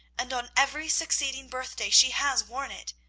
and on every succeeding birthday she has worn it.